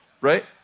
Right